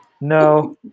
No